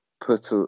put